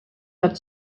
had